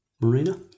marina